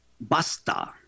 basta